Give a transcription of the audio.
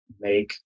make